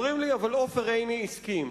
אומרים לי: אבל עופר עיני הסכים.